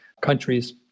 countries